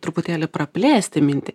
truputėlį praplėsti mintį